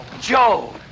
Joe